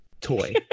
toy